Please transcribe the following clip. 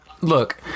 look